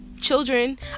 children